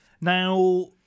Now